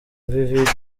vivid